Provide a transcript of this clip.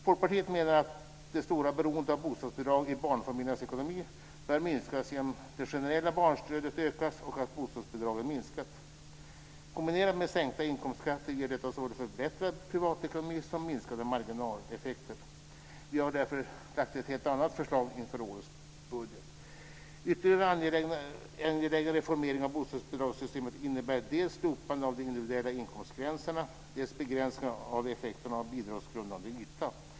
Folkpartiet menar att det stora beroendet av bostadsbidrag i barnfamiljernas ekonomi bör minskas genom att det generella barnstödet ökas och bostadsbidragen minskas. Kombinerat med sänkta inkomstskatter ger detta såväl förbättrad privatekonomi som minskade marginaleffekter. Vi har därför lagt ett helt annat förslag i årets budget. Ytterligare angelägen reformering av bostadsbidragssystemet innefattar dels slopande av de individuella inkomstgränserna, dels begränsningar av effekterna av bidragsgrundande yta.